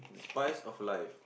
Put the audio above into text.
spice of life